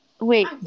wait